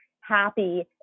happy